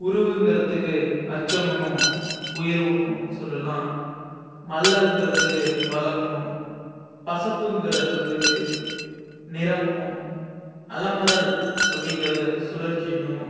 உருவுங்கிறதுக்கு அச்சமுன்னும் உயர்வுன்னும் சொல்லுலாம் மல்லல்ங்கிறதுக்கு வளம்னும் பசப்புங்கிற சொல்லுக்கு நிறம்னும் அலமரல் அப்படிங்கிறத சுழற்சினும்